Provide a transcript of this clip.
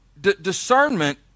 discernment